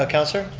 ah councilor?